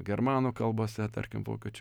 germanų kalbose tarkim vokiečių